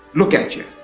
look at you,